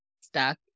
stuck